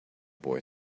boy